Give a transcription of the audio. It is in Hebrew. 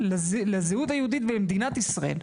לזהות היהודית ולמדינת ישראל.